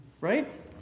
right